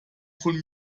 von